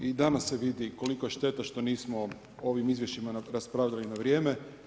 I danas se vidi koliko je šteta što nismo o ovim izvješćima raspravljali na vrijeme.